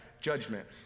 judgment